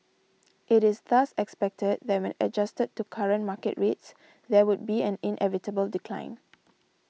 it is thus expected that when adjusted to current market rates there would be an inevitable decline